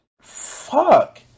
Fuck